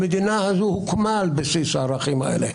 המדינה הזאת הוקמה על בסיס הערכים האלה.